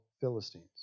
Philistines